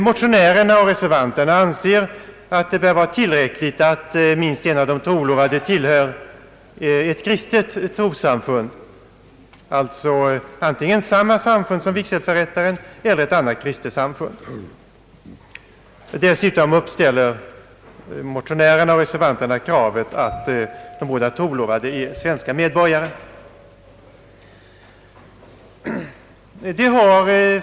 Motionärerna och reservanterna anser det vara tillräckligt att minst en av de trolovade tillhör ett kristet trossamfund, alltså antingen samma samfund som vigselförrättaren eller ett annat kristet samfund. Dessutom ställer motionärerna kravet att båda de trolovade är svenska medborgare.